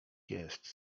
jest